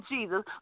Jesus